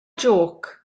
jôc